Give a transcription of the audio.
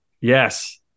yes